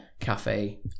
Cafe